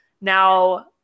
now